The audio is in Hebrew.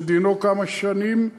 שדינו כמה שנים מאסר,